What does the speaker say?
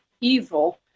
evil